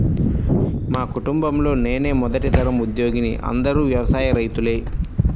మా కుటుంబంలో నేనే మొదటి తరం ఉద్యోగిని అందరూ వ్యవసాయ రైతులే